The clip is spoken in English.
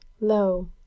Lo